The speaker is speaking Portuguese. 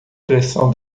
pressão